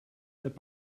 their